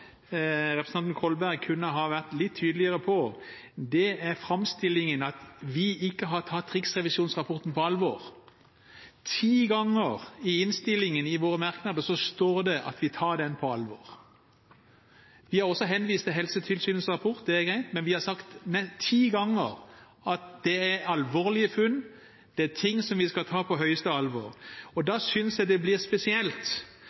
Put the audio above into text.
representanten Kolberg kunne ha vært litt tydeligere på, er framstillingen av at vi ikke har tatt riksrevisjonsrapporten på alvor. Ti ganger i innstillingen, i våre merknader, står det at vi tar den på alvor. Vi har også vist til Helsetilsynets rapport, det er greit, men vi har sagt ti ganger at det er alvorlige funn, at det er ting som vi skal ta på høyeste alvor. Da synes jeg det blir spesielt